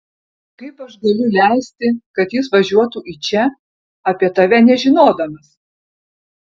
kaip aš galiu leisti kad jis važiuotų į čia apie tave nežinodamas